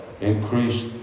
increased